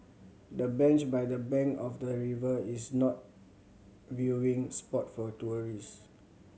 the bench by the bank of the river is not viewing spot for tourists